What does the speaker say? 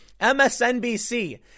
MSNBC